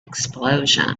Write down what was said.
explosion